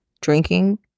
drinking